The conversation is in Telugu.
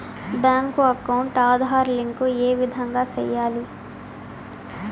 బ్యాంకు అకౌంట్ ఆధార్ లింకు ఏ విధంగా సెయ్యాలి?